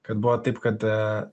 kad buvo taip kad